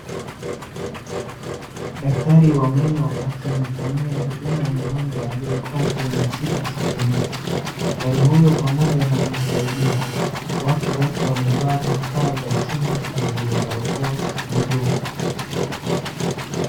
Daktari wa meno akimfanyia huduma mgonjwa aliyekaa kwenye kiti cha kliniki. Daktari huyo pamoja na msaidizi wake wote wamevaa vifaa vya kinga kama vile barakoa na glovu.